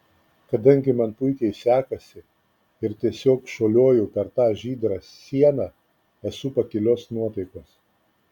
kadangi man puikiai sekasi ir tiesiog šuoliuoju per tą žydrą sieną esu pakilios nuotaikos